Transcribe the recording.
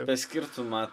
tą skirtumą